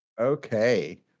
Okay